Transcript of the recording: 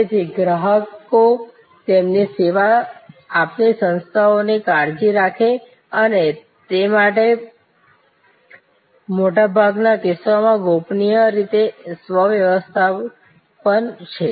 તેથી ગ્રાહકો તેમની સેવા આપતી સંસ્થાઓની કાળજી રાખે છે અને તે મોટાભાગના કિસ્સાઓમાં ગોપનીય રીતે સ્વ વ્યવસ્થાપન છે